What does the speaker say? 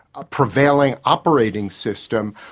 a prevailing operating system,